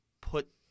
put